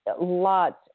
lots